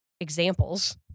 examples